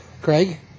Craig